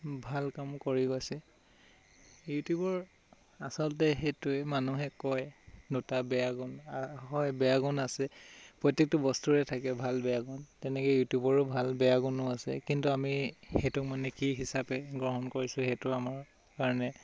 ভাল কাম কৰি গৈছে ইউটিউবৰ আচলতে সেইটোৱে মানুহে কয় ন তাৰ বেয়া গুণ হয় বেয়া গুণ আছে প্ৰত্যেকটো বস্তুৰে থাকে ভাল বেয়া গুণ তেনেকৈ ইউটিউবৰো ভাল বেয়া গুণ আছে কিন্তু আমি সেইটো মানে কি হিচাপে গ্ৰহণ কৰিছোঁ সেইটো আমাৰ কাৰণে